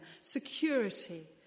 security